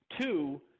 Two